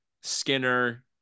Skinner